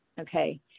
Okay